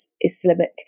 Islamic